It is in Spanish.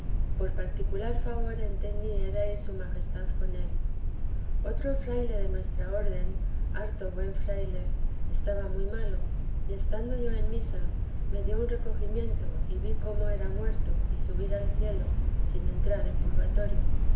por particular favor entendí era ir su majestad con él otro fraile de nuestra orden harto buen fraile estaba muy malo y estando yo en misa me dio un recogimiento y vi cómo era muerto y subir al cielo sin entrar en purgatorio